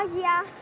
yeah,